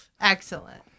Excellent